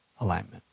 alignment